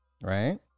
Right